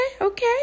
okay